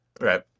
Right